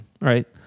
right